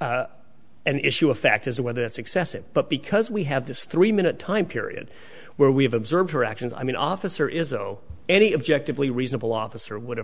an issue of fact as to whether it's excessive but because we have this three minute time period where we have observed her actions i mean officer is zero any objective a reasonable officer would have